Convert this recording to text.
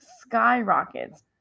skyrockets